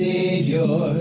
Savior